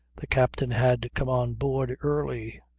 the captain had come on board early,